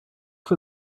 for